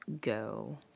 go